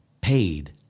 paid